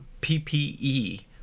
PPE